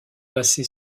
passer